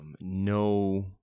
no